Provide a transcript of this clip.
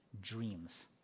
dreams